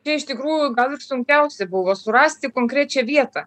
čia iš tikrųjų gal ir sunkiausia buvo surasti konkrečią vietą